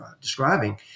describing